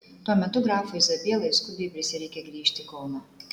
tuo metu grafui zabielai skubiai prisireikė grįžti į kauną